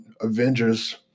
Avengers